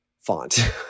font